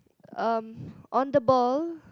um on the ball